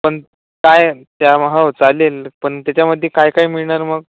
पण काय त्याम हो चालेल पण त्याच्यामध्ये काय काय मिळणार मग